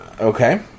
Okay